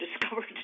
discovered